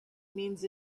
means